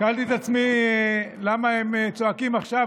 שאלתי את עצמי למה הם צועקים עכשיו,